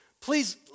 Please